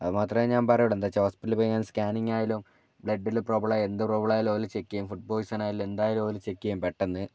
അതുമാത്രമേ ഞാൻ പറയുള്ളു എന്താണെന്നു വച്ചാൽ ഹോസ്പിറ്റലിൽ പോയിക്കയിഞ്ഞാൽ സ്കാനിങ്ങായാലും ബ്ലഡിൽ പ്രോബ്ലമോ എന്ത് പ്രോബ്ലം ആയാലും അതെല്ലം ചെക്ക് ചെയ്യും ഫുഡ് പോയ്സനായാലും എന്തായാലും അതെല്ലം ചെക്ക് ചെയ്യും പെട്ടെന്ന്